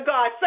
God